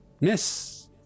Miss